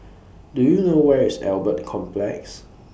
Do YOU know Where IS Albert Complex